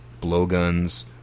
blowguns